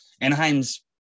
Anaheim's